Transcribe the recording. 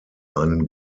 einen